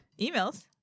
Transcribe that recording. emails